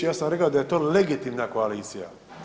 Ja sam rekao da je to legitimna koalicija.